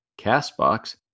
CastBox